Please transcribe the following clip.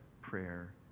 prayer